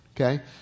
okay